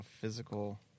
physical